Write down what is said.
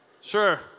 Sure